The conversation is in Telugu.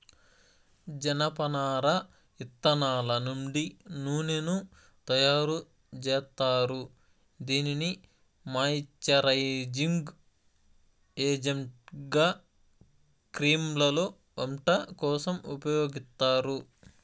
జనపనార ఇత్తనాల నుండి నూనెను తయారు జేత్తారు, దీనిని మాయిశ్చరైజింగ్ ఏజెంట్గా క్రీమ్లలో, వంట కోసం ఉపయోగిత్తారు